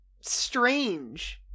strange